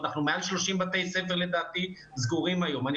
מעל ל-30 בתי ספר סגורים היום בארץ,